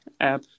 app